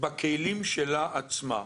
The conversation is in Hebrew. בכלים שלה עצמה,